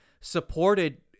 supported